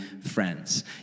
friends